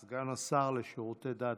סגן השר לשירותי דת,